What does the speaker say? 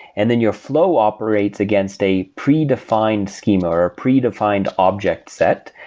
and then your flow operates against a predefined schema, or a predefined object set,